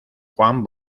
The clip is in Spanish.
juan